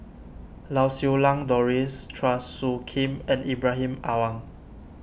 Lau Siew Lang Doris Chua Soo Khim and Ibrahim Awang